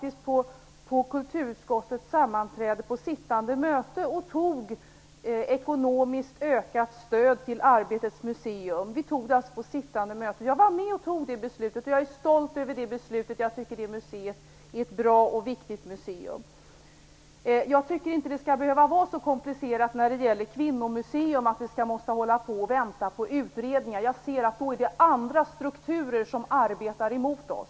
Vid kulturutskottets sammanträde fattade vi faktiskt vid sittande möte beslut om ökat ekonomiskt stöd till Arbetets museum. Jag var med och fattade det beslutet, och jag är stolt över det. Jag tycker att det är ett bra och viktigt museum. Jag tycker inte att det skall behöva vara så komplicerat när det gäller ett kvinnomuseum att vi skall behöva vänta på utredningar. Då är det andra strukturer som arbetar emot oss.